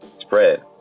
spread